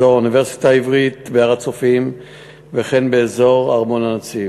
אזור האוניברסיטה העברית בהר-הצופים וכן באזור ארמון-הנציב.